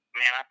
man